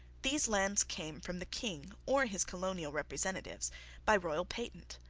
these lands came from the king or his colonial representatives by royal patent.